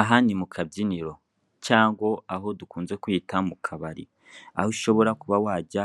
Aha ni mukabyiniro cyangwa aho dukunze kwita mukabari, aho ushobora kuba wajye